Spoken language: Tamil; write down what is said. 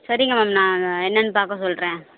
சரிங்க மேம் நான் என்னன்னு பார்க்க சொல்கிறேன்